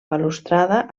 balustrada